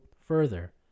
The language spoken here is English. further